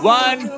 one